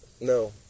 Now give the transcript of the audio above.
No